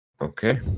Okay